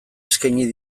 eskaintzen